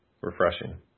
refreshing